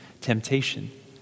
temptation